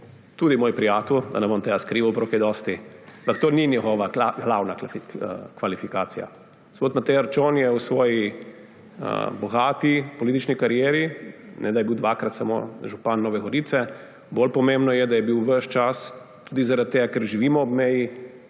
tudi moj prijatelj, ne bom tega skrival prav kaj dosti, ampak to ni njegova glavna kvalifikacija. Gospod Matej Arčon je v svoji bogati politični karieri, dvakrat je bil župan Nove Gorice, bolj pomembno je, da je bil ves čas – tudi zaradi tega, ker živimo ob meji